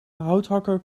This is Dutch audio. houthakker